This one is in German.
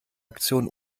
aktion